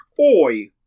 Oi